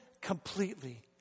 completely